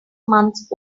months